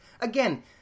Again